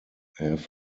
have